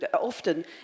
often